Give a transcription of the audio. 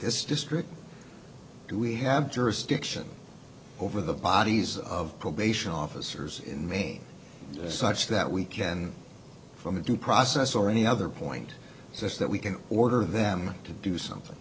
this district do we have jurisdiction over the bodies of probation officers in maine such that we can from a due process or any other point says that we can order them to do something